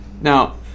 Now